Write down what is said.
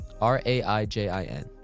R-A-I-J-I-N